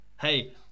Hey